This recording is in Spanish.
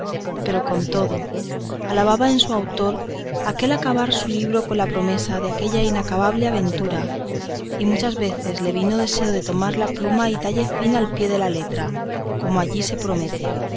pero con todo alababa en su autor aquel acabar su libro con la promesa de aquella inacabable aventura y muchas veces le vino deseo de tomar la pluma y dalle fin al pie de la letra como allí se promete